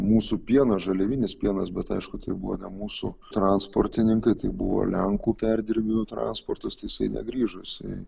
mūsų pienas žaliavinis pienas bet aišku tai buvo na mūsų transportininkai tai buvo lenkų perdirbėjų transportas tai jisai negrįžo jisai